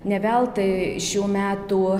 ne veltui šių metų